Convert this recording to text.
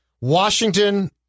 Washington